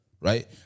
right